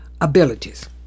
abilities